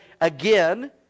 again